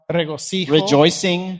rejoicing